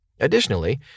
Additionally